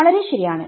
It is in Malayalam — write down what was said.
വളരെ ശരിയാണ്